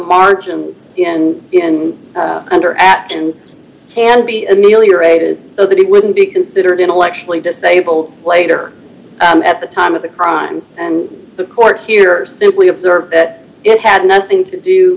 margins and in under actions can be ameliorated so that he wouldn't be considered intellectually disabled later at the time of the crime and the court here simply observe that it had nothing to do